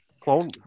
Clone